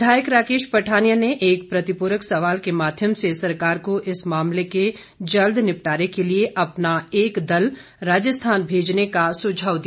विधायक राकेश पठानिया ने एक प्रतिपूरक सवाल के माध्यम से सरकार को इस मामले के जल्द निपटारे के लिए अपना एक दल राजस्थान भेजने का सुझाव दिया